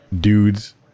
dudes